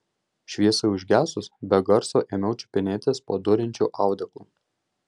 šviesai užgesus be garso ėmiau čiupinėtis po duriančiu audeklu